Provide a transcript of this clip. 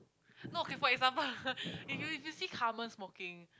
no can for example if you if you see Carmen smoking